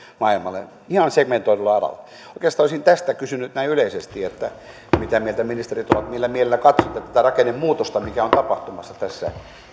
maailmalle ihan segmentoidulla alalla oikeastaan olisin tästä kysynyt näin yleisesti mitä mieltä ministerit ovat millä mielellä katsotte tätä rakennemuutosta mikä on tapahtumassa tässä